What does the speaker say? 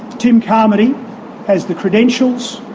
tim carmody has the credentials,